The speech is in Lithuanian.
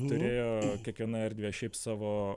turėjo kiekviena erdvė šiaip savo